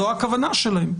זו הכוונה שלהם.